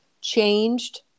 changed